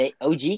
OG